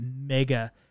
mega